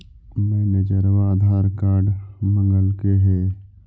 मैनेजरवा आधार कार्ड मगलके हे?